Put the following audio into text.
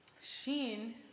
Sheen